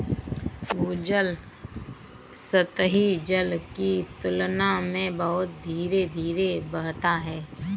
भूजल सतही जल की तुलना में बहुत धीरे धीरे बहता है